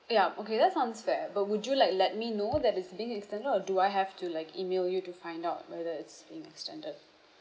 yup okay that sounds fair but would you like let me know that it's being extended or do I have to like email you to find out whether it's being extended